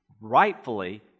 rightfully